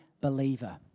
believer